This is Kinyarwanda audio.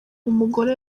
umugore